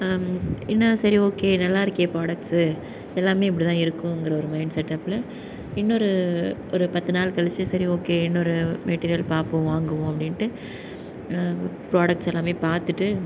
என்ன சரி ஓகே நல்லா இருக்கே ப்ராடக்ட்ஸ்ஸு எல்லாமே இப்படி தான் இருக்குங்கிற ஒரு மைண்ட் செட்டப்பில் இன்னொரு ஓரு பத்து நாள் கழிச்சு சரி ஓகே இன்னொரு மெட்டீரியல் பார்ப்போம் வாங்குவோம் அப்படின்ட்டு ப்ராடக்ட்ஸ் எல்லாமே பார்த்துட்டு